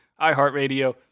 iHeartRadio